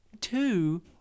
two